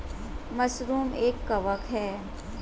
mushroom एक कवक है